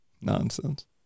Nonsense